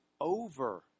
over